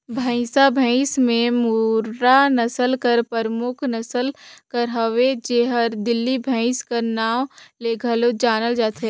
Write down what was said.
भंइसा भंइस में मुर्रा नसल हर परमुख नसल कर हवे जेहर दिल्ली भंइस कर नांव ले घलो जानल जाथे